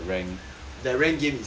the ranked game itself that rank